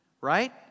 right